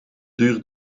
duur